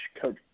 Coach